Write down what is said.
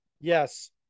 Yes